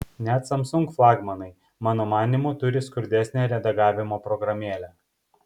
net samsung flagmanai mano manymu turi skurdesnę redagavimo programėlę